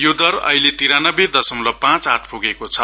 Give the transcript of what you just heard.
यो दर अहिले तिरानब्बे दशमलव पाँच आठ पुगेको छ